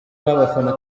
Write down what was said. w’abafana